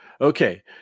Okay